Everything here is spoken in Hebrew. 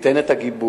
ניתן את הגיבוי.